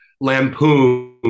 lampoon